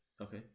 okay